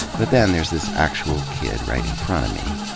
but then there's this actual kid right in front of me.